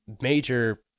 major